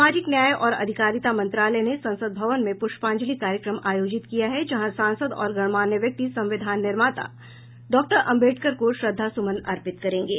सामाजिक न्याय और आधिकारिता मंत्रालय ने संसद भवन में पुष्पांजलि कार्यक्रम आयोजित किया है जहां सांसद और गणमान्य व्यक्ति संविधान निर्माता डॉक्टर अम्बेडकर को श्रद्धा सुमन अर्पित करेंगे